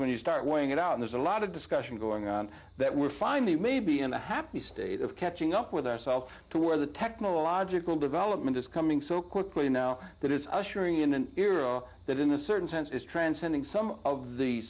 when you start weighing it out there's a lot of discussion going on that we're finally maybe in a happy state of catching up with ourselves to where the technological development is coming so quickly now that it's ushering in an that in a certain sense is transcending some of the